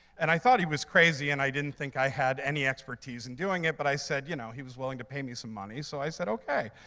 and i thought he was crazy, and i didn't think i had any expertise in doing it, but i said you know, he was willing to pay me some money, so i said okay.